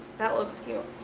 that looks cute.